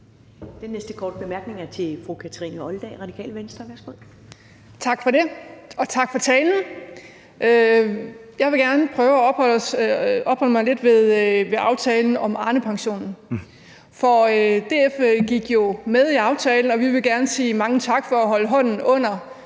Den næste korte bemærkning er til fru Kathrine Olldag, Radikale Venstre. Værsgo. Kl. 11:19 Kathrine Olldag (RV): Tak for det, og tak for talen. Jeg vil gerne prøve at opholde mig lidt ved aftalen om Arnepensionen, for DF gik jo med i aftalen, og vi vil gerne sige mange tak for at holde hånden under